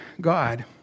God